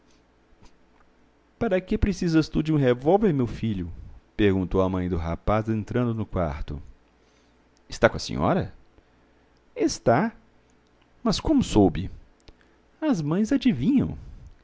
para que precisas tu de um revólver meu filho perguntou a mãe do rapaz entrando no quarto está com a senhora está mas como soube as mães adivinham